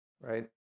right